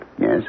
Yes